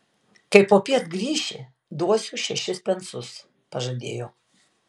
kai popiet grįši duosiu šešis pensus pažadėjo